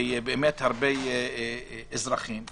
ובאמת יש הרבה אזרחים ועובדה,